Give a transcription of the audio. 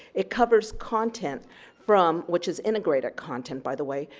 it covers content from, which is integrated content by the way,